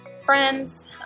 friends